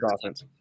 offense